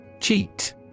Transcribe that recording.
Cheat